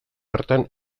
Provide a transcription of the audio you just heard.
bertan